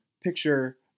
picture